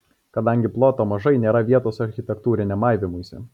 kadangi ploto mažai nėra vietos architektūriniam maivymuisi